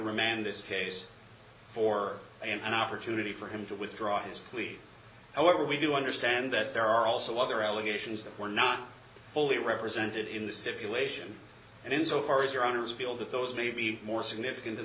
remand this case for an opportunity for him to withdraw his plea however we do understand that there are also other allegations that were not fully represented in the stipulation and in so far as your owners feel that those may be more significant than